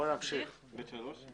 נמשיך לפרק ב'3: